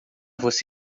você